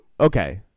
Okay